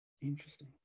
Interesting